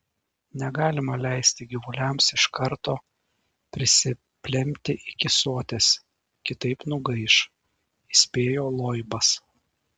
negalima leisti gyvuliams iš karto prisiplempti iki soties kitaip nugaiš įspėjo loibas